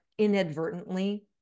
inadvertently